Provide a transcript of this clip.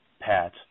pat